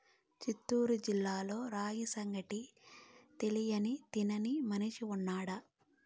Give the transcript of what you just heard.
చిత్తూరు జిల్లాలో రాగి సంగటి తెలియని తినని మనిషి ఉన్నాడా